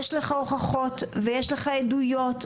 יש לך הוכחות ויש לך עדויות,